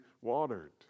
watered